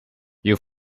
you